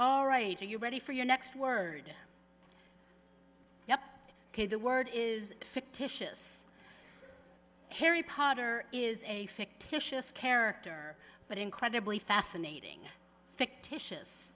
oh right you ready for your next word yeah ok the word is fictitious harry potter is a fictitious character but incredibly fascinating fictitious